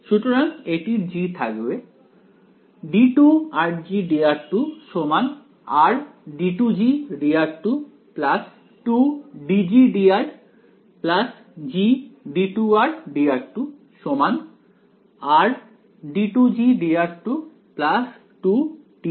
সুতরাং এটির G থাকবে d2dr2 rd2Gdr2 2dGdr Gd2rdr2 rd2Gdr2 2dGdr